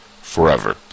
forever